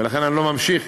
ולכן אני לא ממשיך